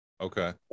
Okay